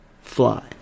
fly